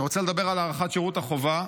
אני רוצה לדבר על הארכת שירות החובה,